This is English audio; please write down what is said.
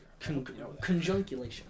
Conjunculation